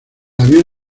avión